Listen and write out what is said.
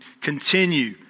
continue